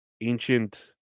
ancient